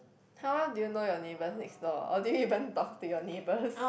how well do you know your neighbours next door or do you even talk to your neighbours